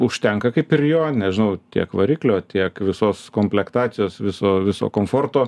užtenka kaip ir jo nežinau tiek variklio tiek visos komplektacijos viso viso komforto